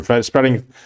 spreading